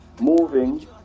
moving